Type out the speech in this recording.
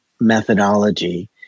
methodology